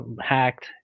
hacked